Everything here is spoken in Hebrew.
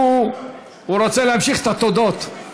הוא רוצה להמשיך את התודות.